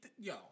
Yo